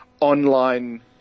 online